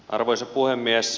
arvoisa puhemies